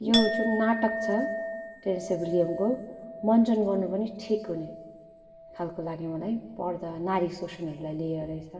यो जुन नाटक छ टेनिसी विलियमको मञ्चन गर्नु पनि ठिक हुने खालको लाग्यो मलाई पढ्दा नारी शोषणहरूलाई लिएर रहेछ